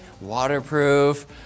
waterproof